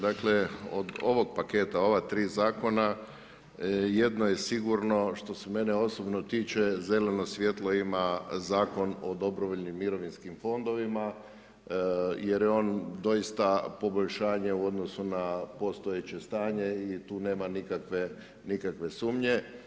Dakle, od ovog paketa, ova 3 zakona, jedno je sigurno, što se mene osobno tiče, zeleno svjetlo ima Zakon o dobrovoljnim mirovinskim fondovima, jer je on doista poboljšanje u odnosu na postojeće stanje i tu nema nikakve sumnje.